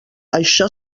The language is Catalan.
això